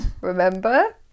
remember